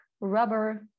rubber